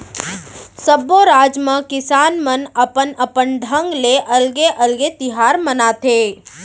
सब्बो राज म किसान मन अपन अपन ढंग ले अलगे अलगे तिहार मनाथे